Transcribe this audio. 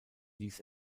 ließ